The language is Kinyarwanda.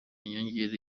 inyongera